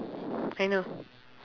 I know